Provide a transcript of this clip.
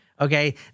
Okay